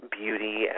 Beauty